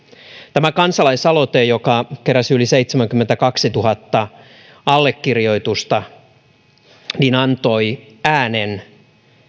tämä kansalaisaloite joka keräsi yli seitsemänkymmentäkaksituhatta allekirjoitusta antoi äänen